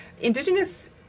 indigenous